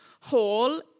hall